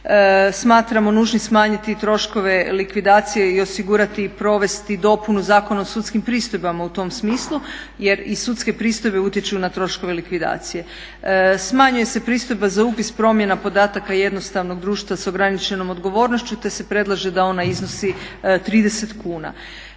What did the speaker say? smatramo nužnim smanjiti troškove likvidacije i osigurati i provesti dopunu Zakona o sudskim pristojbama u tom smislu jer i sudske pristojbe utječu na troškove likvidacije. Smanjuje se pristojba za upis promjena podataka jednostavnog društva sa ograničenom odgovornošću te se predlaže da ona iznosi 30 kuna.